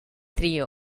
trio